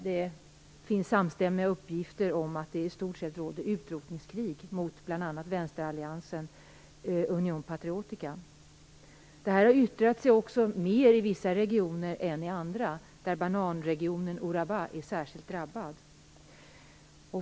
Det finns samstämmiga uppgifter om att det i stort sett råder utrotningskrig mot bl.a. vänsteralliansen Unión Patriótica. Detta har utbrett sig mer i vissa regioner än i andra. Bananregionen Urabá är särskilt drabbad.